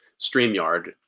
StreamYard